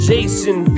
Jason